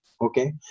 Okay